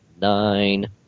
nine